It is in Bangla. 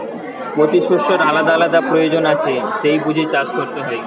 পোতি শষ্যের আলাদা আলাদা পয়োজন আছে সেই বুঝে চাষ কোরতে হয়